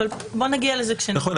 בוא נגיע לזה --- נכון,